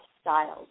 Styles